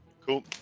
Cool